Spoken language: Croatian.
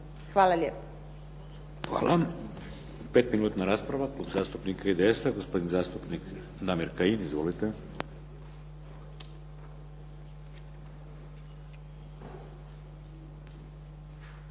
(HDZ)** Hvala. Pet minutna rasprava, Klub zastupnika IDS-a gospodin zastupnik Damir Kajin. Izvolite.